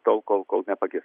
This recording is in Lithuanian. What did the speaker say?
tol kol kol nepagis